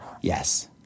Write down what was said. Yes